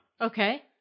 Okay